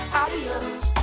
adios